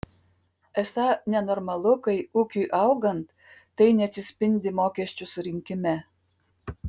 esą nenormalu kai ūkiui augant tai neatsispindi mokesčių surinkime